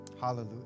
Hallelujah